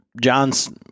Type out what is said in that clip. John's